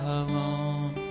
alone